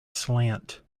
slant